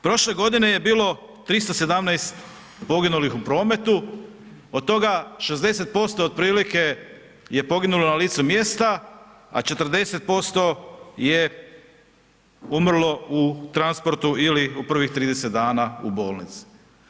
Prošle godine je bilo 317 poginulih u prometu, od toga 60% otprilike je poginulo na licu mjesta, a 40% je umrlo u transportu ili u prvih 30 dana u bolnici.